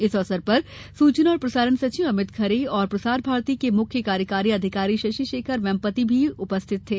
इस अवसर पर सूचना और प्रसारण सचिव अमित खरे और प्रसार भारती के मुख्य कार्यकारी अधिकारी शशि शेखर वेम्पटि भी उपस्थित थे